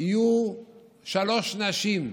יהיו שלוש נשים.